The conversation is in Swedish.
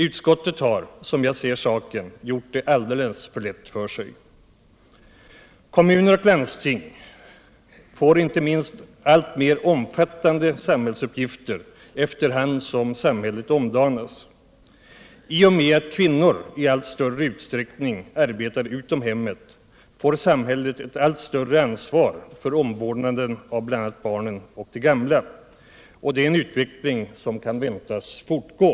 Utskottet har, som jag ser saken, gjort det alldeles för lätt för sig. Kommuner och landsting får alltmer omfattande samhällsuppgifter efter hand som samhället omdanas. I och med att kvinnor i allt större utsträckning arbetar utom hemmet får samhället ett större ansvar för omvårdnaden av bl.a. barnen och de gamla. Detta är en utveckling som kan väntas fortgå.